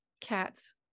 cats